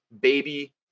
baby